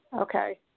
Okay